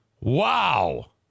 Wow